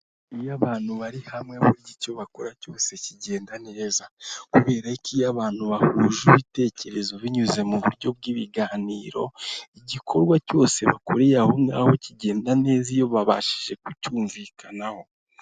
Iyo abantu bari hamwe bafite icyo bakora cyose kigenda neza kubera ko iyo abantu bahuje ibitekerezo binyuze mu buryo bw'ibiganiro igikorwa cyose bakoreye aho ngaho kigenda neza iyo babashije kucyumvikanaho.